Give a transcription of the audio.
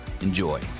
Enjoy